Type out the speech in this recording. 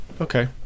Okay